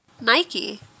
Nike